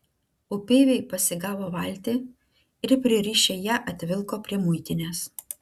upeiviai pasigavo valtį ir pririšę ją atvilko prie muitinės